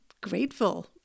grateful